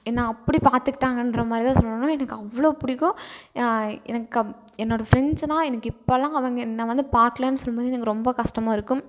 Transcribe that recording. என்னை அப்படி பார்த்துக்கிட்டாங்கன்ற மாதிரி தான் சொல்லணும் எனக்கு அவ்வளோ பிடிக்கும் எனக்கு என்னோடய ஃப்ரெண்ட்ஸுன்னால் எனக்கு இப்பெல்லாம் அவங்க என்னை வந்து பாக்கலைன் சொல்லும்போது எனக்கு ரொம்ப கஷ்டமாக இருக்கும்